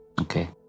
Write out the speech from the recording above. okay